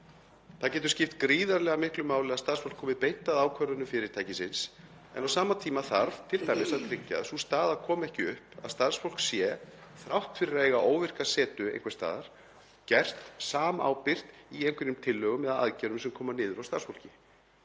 Það getur skipt gríðarlega miklu máli að starfsfólk komi beint að ákvörðunum fyrirtækisins en á sama tíma þarf t.d. að tryggja að sú staða komi ekki upp að starfsfólk sé þrátt fyrir að eiga óvirka setu einhvers staðar, gert samábyrgt í einhverjum tillögum eða aðgerðum sem koma niður á starfsfólki.